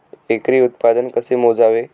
एकरी उत्पादन कसे मोजावे?